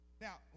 Now